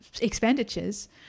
expenditures